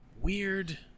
weird